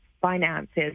finances